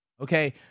Okay